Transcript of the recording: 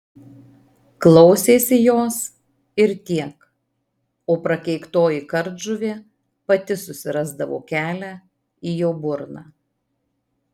klausėsi jos ir tiek o prakeiktoji kardžuvė pati susirasdavo kelią į jo burną